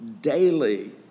daily